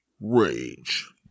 rage